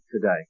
today